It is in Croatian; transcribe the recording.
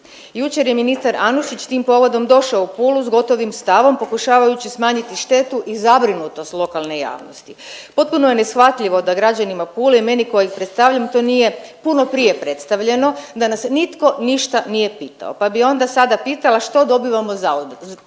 Jučer je ministar Anušić tim povodom došao u Pulu s gotovim stavom pokušavajući smanjiti štetu i zabrinutost lokalne javnosti. Potpuno je neshvatljivo da građanima Pule i meni koja ih predstavljam to nije puno prije predstavljeno, da nas nitko ništa nije pitao, pa bi onda sada pitala, što dobivamo zauzvrat,